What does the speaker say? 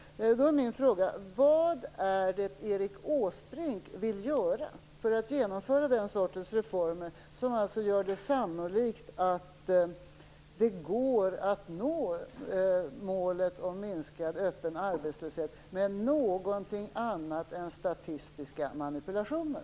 Vad är det Erik Åsbrink vill göra för att genomföra den sortens reformer som gör det sannolikt att det går att nå målet om minskad öppen arbetslöshet med någonting annat än statistiska manipulationer?